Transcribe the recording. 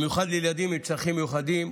במיוחד לילדים עם צרכים מיוחדים,